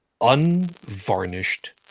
Unvarnished